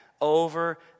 over